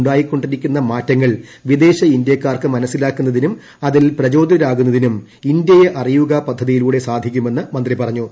ഉണ്ടായിക്കൊണ്ടിരിക്കുന്ന മാറ്റങ്ങൾ വിദേശ ഇന്ത്യക്കാർക്ക് മനസ്സിലാക്കുന്നതിനും അതിൽ പ്രചോദിരാകുന്നതിനും ഇന്ത്യയെ അറിയുക പദ്ധതിയിലൂടെ സാധിക്കുമെന്ന് മന്ത്രി പറഞ്ഞു